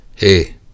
Hey